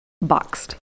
boxed